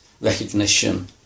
recognition